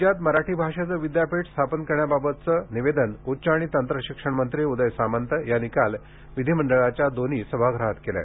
राज्यात मराठी भाषेचे विद्यापीठ स्थापन करण्याबाबतचे निवेदन उच्च आणि तंत्रशिक्षण मंत्री उदय सामंत यांनी काल विधिमंडळाच्या दोन्ही सभागृहात केले